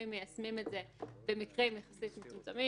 מיישמים את זה במקרים מצומצמים יחסית,